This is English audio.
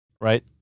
right